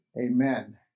amen